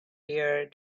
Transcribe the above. year